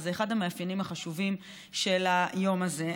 וזה אחד המאפיינים החשובים של היום הזה.